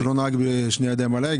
אם אותו נהג היה דורס מישהו,